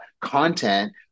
content